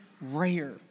rare